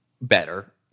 better